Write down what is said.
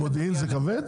למודיעין זה כבד?